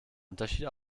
unterschied